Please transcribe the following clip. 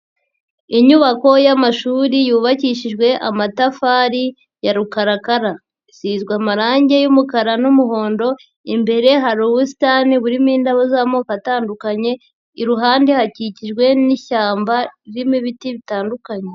Inyubako y'amashuri yubakishijwe amatafari ya rukarakara. Isizwe amarange y'umukara n'umuhondo, imbere hari ubusitani burimo indabo z'amoko atandukanye, iruhande hakikijwe n'ishyamba ririmo ibiti bitandukanye.